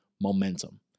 momentum